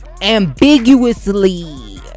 ambiguously